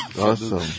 Awesome